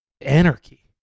anarchy